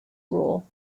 rule